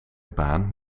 baan